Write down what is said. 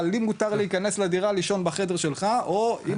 אבל לי מותר להיכנס לדירה ולישון בחדר שלך או אם